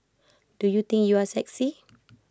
do you think you are sexy